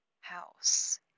house